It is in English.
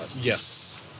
Yes